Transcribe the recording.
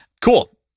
Cool